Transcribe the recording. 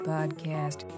Podcast